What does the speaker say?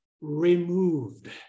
removed